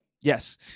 Yes